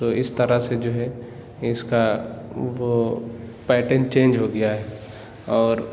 تو اس طرح سے جو ہے اس کا وہ پیٹرن چینج ہو گیا ہے اور